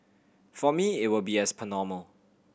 for me it will be as per normal